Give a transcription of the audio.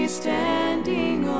standing